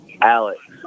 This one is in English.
Alex